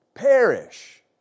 perish